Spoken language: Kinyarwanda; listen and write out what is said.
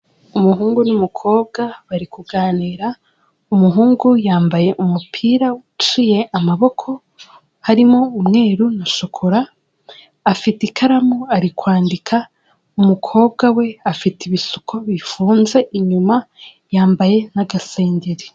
Umuhungu n'umukobwa bari kuganira umuhungu yambaye umupira uciye amaboko harimo umweru na shokora afite ikaramu ari kwandika, umukobwa we afite ibisuko bifunze inyuma yambaye n'agasengeri.